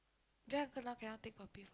Jack uncle now cannot take puppy